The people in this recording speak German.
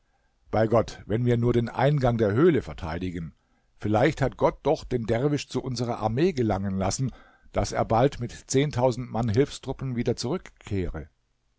bei gott wenn wir nur den eingang der höhle verteidigen vielleicht hat gott doch den derwisch zu unserer armee gelangen lassen daß er bald mit zehntausend mann hilfstruppen wieder zurückkehre